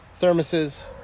thermoses